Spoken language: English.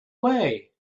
way